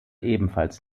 ebenfalls